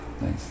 Nice